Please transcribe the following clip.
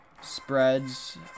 spreads